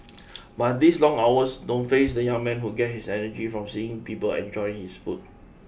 but these long hours don't faze the young man who get his energy from seeing people enjoying his food